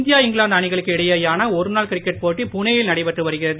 India England அணிகளுக்கு இடையேயான ஒருநாள் கிரிக்கெட் போட்டி புனேயில் நடைபெற்று வருகிறது